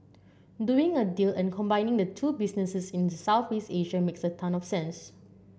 doing a deal and combining the two businesses in Southeast Asia makes a ton of sense